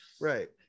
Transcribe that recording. Right